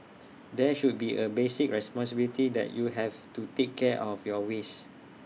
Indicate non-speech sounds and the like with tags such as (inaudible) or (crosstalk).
(noise) there should be A basic responsibility that you have to take care of your waste